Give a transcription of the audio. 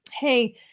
hey